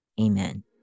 amen